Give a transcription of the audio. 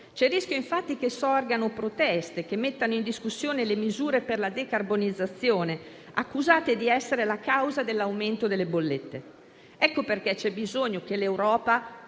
c'è il rischio, infatti, che sorgano proteste che mettano in discussione le misure per la decarbonizzazione, accusate di essere la causa dell'aumento delle bollette. Ecco perché c'è bisogno che l'Europa